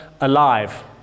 alive